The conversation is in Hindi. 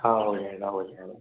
हाँ हो जाएगा हो जाएगा